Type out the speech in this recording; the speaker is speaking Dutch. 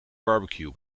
barbecue